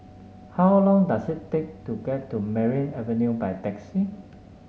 how long does it take to get to Merryn Avenue by taxi